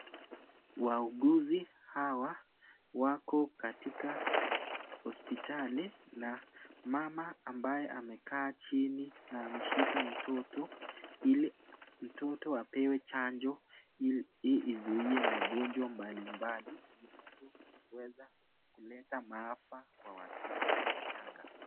Wauguzi hawa wako katika hospitali na mama ambaye amekaa chini na ameshika mtoto ili mtoto apewe chanjo ili izuie magonjwa mbalimbali zinazoweza kuleta maafa kwa watoto wachanga.